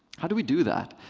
how do we do that?